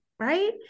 Right